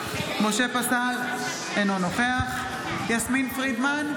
פסל, אינו נוכח יסמין פרידמן,